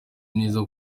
neza